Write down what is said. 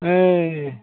ओइ